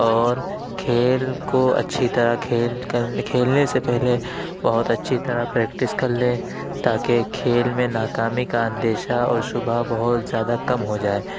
اور کھیل کو اچھی طرح کھیل کرنے کھیلنے سے پہلے بہت اچھی طرح پریکٹس کر لیں تاکہ کھیل میں ناکامی کا اندیشہ اور شبہ بہت زیادہ کم ہو جائے